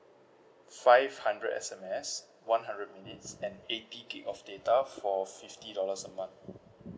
five hundred S_M_S one hundred minutes and eighty gig of data for fifty dollars a month